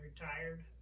retired